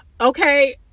Okay